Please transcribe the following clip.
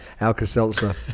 Alka-Seltzer